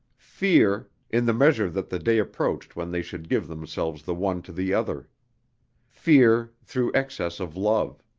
fear in the measure that the day approached when they should give themselves the one to the other fear through excess of love,